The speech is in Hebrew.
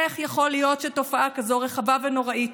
איך יכול להיות שתופעה כזו רחבה ונוראית